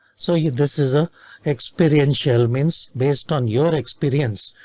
so yeah this is ah experiential means based on your experience,